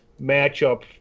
matchup